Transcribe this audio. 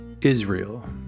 Israel